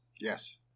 Yes